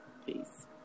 peace